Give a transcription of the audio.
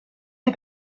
des